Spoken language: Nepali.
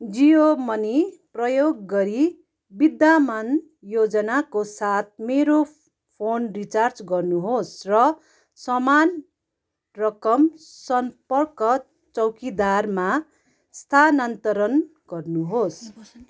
जियो मनी प्रयोग गरी विद्यमान योजनाको साथ मेरो फोन रिचार्ज गर्नुहोस् र समान रकम सम्पर्क चौकीदारमा स्थानान्तरण गर्नुहोस्